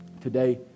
today